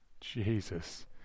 Jesus